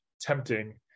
tempting